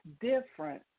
different